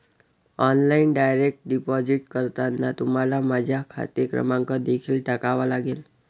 online direct deposit करताना तुम्हाला माझा खाते क्रमांक देखील टाकावा लागेल